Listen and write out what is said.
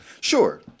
Sure